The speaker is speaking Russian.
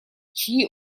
чьи